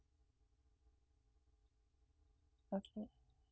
okay